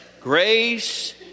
grace